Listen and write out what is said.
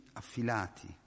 affilati